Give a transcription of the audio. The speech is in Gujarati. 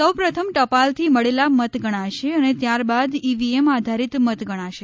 સૌ પ્રથમ ટપાલથી મળેલા મત ગણાશે અને ત્યારબાદ ઈવીએમ આધારીત મત ગણાશે